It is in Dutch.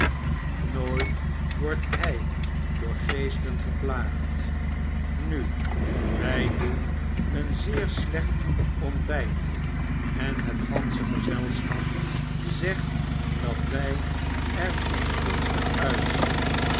nooit wordt hy door geesten geplaagd nu wy doen een zeer slecht ontbyt en het gansche gezelschap zegt dat wy er ongunstig uitzien